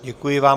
Děkuji vám.